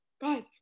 guys